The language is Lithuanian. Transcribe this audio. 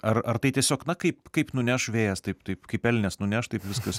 ar ar tai tiesiog na kaip kaip nuneš vėjas taip taip kaip elnias nuneš taip viskas